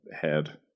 head